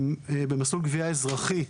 גביית חוב במסלול אזרחי,